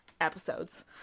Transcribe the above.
episodes